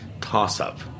toss-up